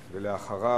אחריו,